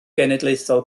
genedlaethol